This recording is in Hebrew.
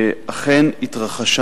אכן התרחשה.